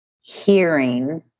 hearing